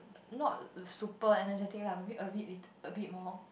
not super energetic lah maybe a bit little a bit more